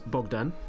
Bogdan